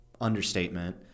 understatement